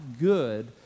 good